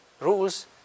rules